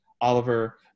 Oliver